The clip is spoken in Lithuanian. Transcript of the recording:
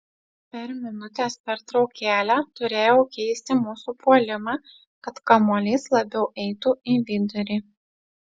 per minutės pertraukėlę turėjau keisti mūsų puolimą kad kamuolys labiau eitų į vidurį